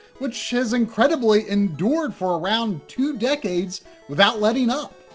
which has incredibly endured for around two decades without letting up.